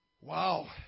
Wow